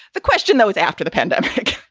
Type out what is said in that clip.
the question, though, was after the pandemic.